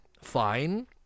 fine